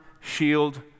shield